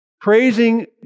Praising